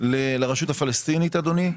לרשות הפלסטינית, אדוני,